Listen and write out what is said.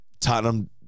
Tottenham